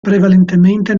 prevalentemente